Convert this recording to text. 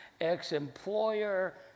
ex-employer